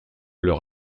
leur